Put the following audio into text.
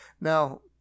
Now